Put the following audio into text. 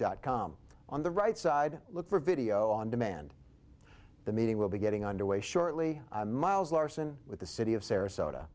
dot com on the right side look for video on demand the meeting will be getting underway shortly miles larson with the city of sarasota